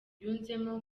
yunzemo